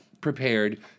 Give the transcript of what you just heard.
prepared